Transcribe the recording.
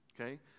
Okay